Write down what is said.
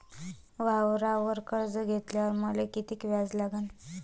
वावरावर कर्ज घेतल्यावर मले कितीक व्याज लागन?